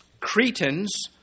Cretans